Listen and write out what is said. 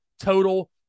total